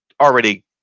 already